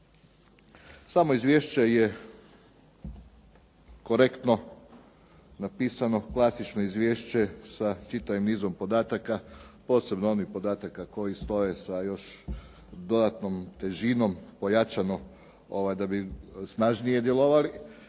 Samo izvješće je korektno napisano, klasično izvješće sa čitavim nizom podataka, posebno onih podataka koji stoje sa još dodatnom težinom pojačano da bi snažnije djelovali